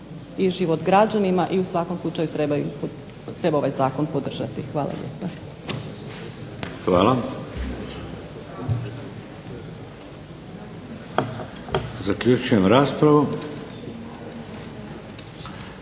i život građanima i u svakom slučaju treba ovaj Zakon podržati. Hvala lijepa. **Šeks, Vladimir (HDZ)** Hvala.